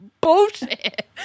bullshit